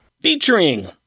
Featuring